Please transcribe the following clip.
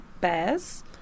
bears